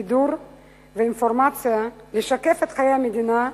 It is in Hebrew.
בידור ואינפורמציה, לשקף את חיי המדינה,